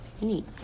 Neat